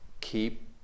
keep